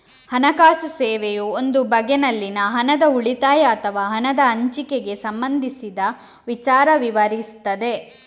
ಹಣಕಾಸು ಸೇವೆಯು ಒಂದು ಬಗೆನಲ್ಲಿ ಹಣದ ಉಳಿತಾಯ ಅಥವಾ ಹಣದ ಹಂಚಿಕೆಗೆ ಸಂಬಂಧಿಸಿದ ವಿಚಾರ ವಿವರಿಸ್ತದೆ